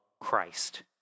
Christ